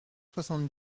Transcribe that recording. soixante